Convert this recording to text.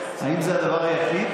האם זה הדבר היחיד